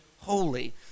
holy